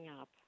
up